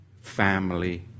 family